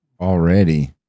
already